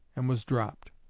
and was dropped.